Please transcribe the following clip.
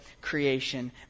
creation